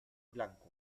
blanco